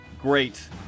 great